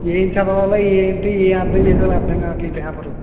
ఏం చదవాలో ఏంటి ఏం అర్ధం చేసుకోవాలో అర్ధం కావట్లేదు ఈ పేపర్లో